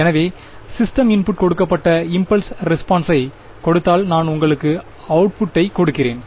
எனவே system input கொடுக்கப்பட்ட impulse ரெஸ்பான்செய் கொடுத்தால் நான் உங்களுக்கு அவுட்புட்டை கொடுக்கிறேன்